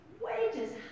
wages